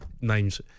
names